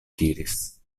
diris